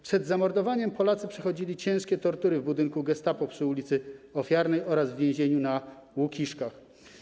Przez zamordowaniem Polacy przychodzili ciężkie tortury w budynku gestapo przy ul. Ofiarnej oraz w więzieniu na Łukiszkach.